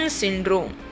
syndrome